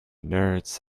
nerds